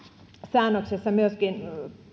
säännöksessä myöskin